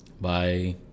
Bye